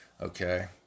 Okay